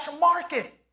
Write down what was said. market